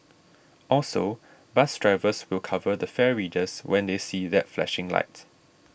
also bus drivers will cover the fare readers when they see that flashing light